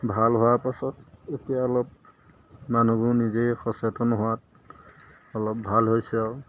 ভাল হোৱাৰ পাছত এতিয়া অলপ মানুহবোৰ নিজেই সচেতন হোৱাত অলপ ভাল হৈছে আৰু